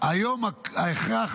היום ההכרח